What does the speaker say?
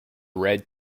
red